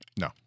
No